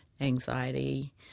anxiety